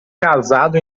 casado